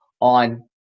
on